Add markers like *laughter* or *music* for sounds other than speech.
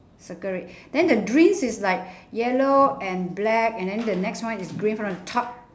circle it *breath* then the drinks is like *breath* yellow and black and then the next one is green from the top